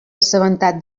assabentat